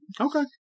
Okay